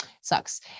Sucks